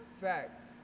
Facts